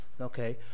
okay